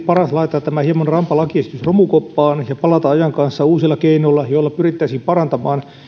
paras laittaa tämä hieman rampa lakiesitys romukoppaan ja palata ajan kanssa uusilla keinoilla joilla pyrittäisiin parantamaan